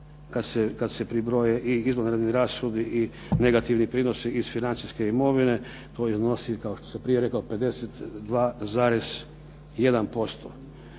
kad se pribroje i izvanredni rashodi i negativni prinosi iz financijske imovine koji nosi kao što sam prije rekao 52,1%.